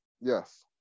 yes